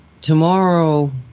Tomorrow